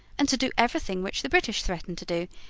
and to do everything which the british threatened to do,